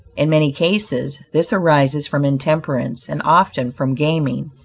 in many cases, this arises from intemperance, and often from gaming,